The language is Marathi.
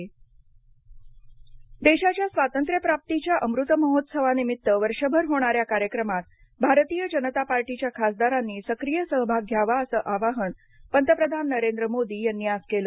पंतप्रधान भाजपा देशाच्या स्वातंत्र्यप्राप्तीच्या अमृत महोत्सवानिमित्त वर्षभर होणाऱ्या कार्यक्रमात भारतीय जनता पार्टीच्या खासदारांनी सक्रीय सहभाग घ्यावा असं आवाहन पंतप्रधान नरेंद्र मोदी यांनी आज केलं